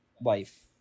life